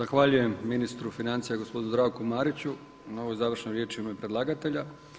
Zahvaljujem ministru financija gospodinu Zdravku Mariću na ovoj završnoj riječ u ime predlagatelja.